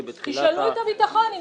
בתחילת --- תשאלו את הביטחון אם צריך בכלל,